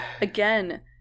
again